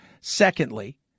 Secondly